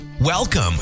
Welcome